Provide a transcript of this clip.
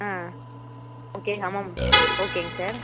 ஆ okay ஹமாம் ஓகேங்க sir